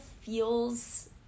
feels